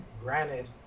granted